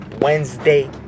Wednesday